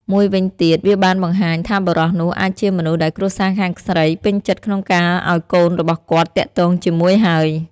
មួយវិញទៀត វាបានបង្ហាញថាបុរសនោះអាចជាមនុស្សដែលគ្រួសារខាងស្រីពេញចិត្តក្នុងការឲ្យកូនរបស់គាត់ទាក់ទងជាមួយហើយ។